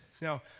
Now